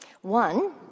One